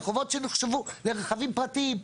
לרחובות שנחשבו לרכבים פרטיים.